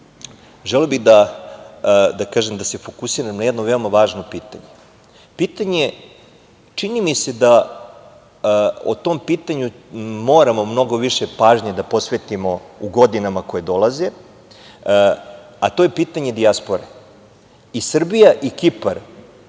želeo bih da se fokusiram na jedno veoma važno pitanje, pitanje, čini mi se da u tom pitanju moramo mnogo više pažnje da posvetimo u godinama koje dolaze, a to je pitanje dijaspore i Srbija i Kipar,